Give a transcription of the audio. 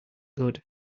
good